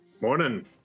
morning